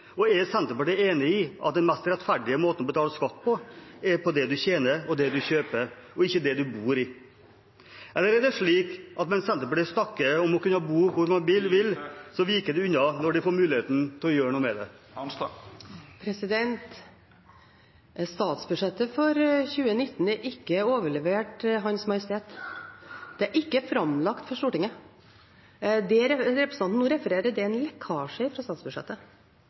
vil? Er Senterpartiet enig i at den mest rettferdige måten å betale skatt på, er å betale av det man tjener og kjøper, ikke av det man bor i? Eller er det slik at mens Senterpartiet snakker om å kunne bo hvor man vil, viker de unna når de får muligheten til å gjøre noe med det? Statsbudsjettet for 2019 er ikke overlevert Hans Majestet Kongen. Det er ikke framlagt for Stortinget. Det representanten nå refererer til, er en lekkasje fra statsbudsjettet.